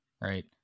right